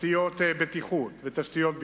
תשתיות בטיחות ותשתיות בכלל,